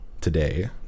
today